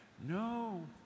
No